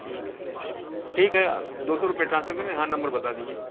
ٹھیک ہے ٹھیک ہے دو سو روپے ٹرانسفر کر دیں ہاں نمبر بتا دیجیے